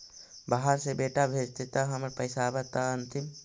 बाहर से बेटा भेजतय त हमर पैसाबा त अंतिम?